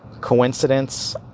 Coincidence